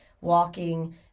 walking